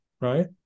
right